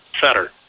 center